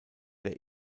der